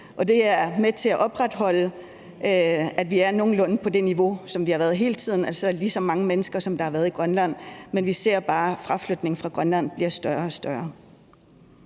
det er med til at opretholde, at vi er nogenlunde på det niveau, som vi har været hele tiden, altså at der er lige så mange mennesker, som der hele tiden har været i Grønland, men vi ser bare, at fraflytningen fra Grønland bliver større og større.